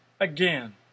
again